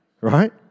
right